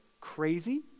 crazy